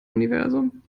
universum